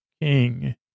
king